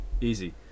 easy